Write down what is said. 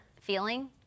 feeling